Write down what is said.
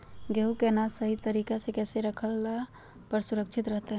गेहूं के अनाज सही तरीका से कैसे रखला पर सुरक्षित रहतय?